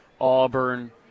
Auburn